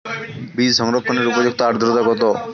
বীজ সংরক্ষণের উপযুক্ত আদ্রতা কত?